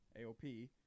AOP